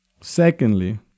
Secondly